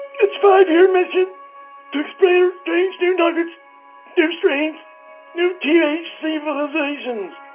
its five-year mission to explore strange new targets their strengths new th civilizations